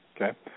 Okay